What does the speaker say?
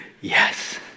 Yes